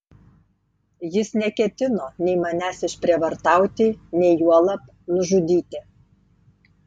jis neketino nei manęs išprievartauti nei juolab nužudyti